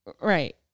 Right